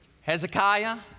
Hezekiah